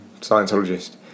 Scientologist